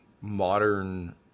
modern